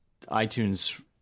iTunes